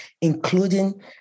including